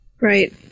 Right